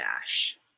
dash